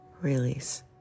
release